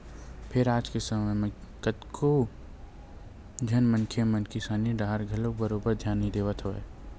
फेर आज के समे म कतको झन मनखे मन किसानी डाहर घलो बरोबर धियान नइ देवत हवय